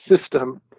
system